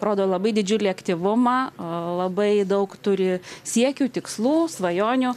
rodo labai didžiulį aktyvumą a labai daug turi siekių tikslų svajonių